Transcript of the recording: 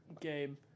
game